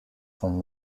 von